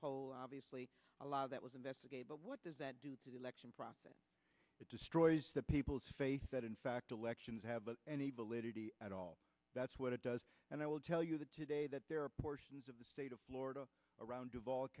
polls obviously a lot of that was investigated but what does that do to the election process that destroys the people's faith that in fact elections have any validity at all that's what it does and i will tell you that today that there are portions of the state of florida around d